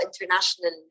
international